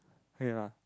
K lah